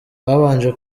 babanje